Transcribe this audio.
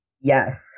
Yes